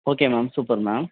okay ma'am super ma'am